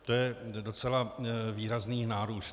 To je docela výrazný nárůst.